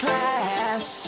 Class